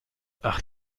ach